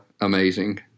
amazing